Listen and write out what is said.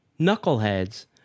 knuckleheads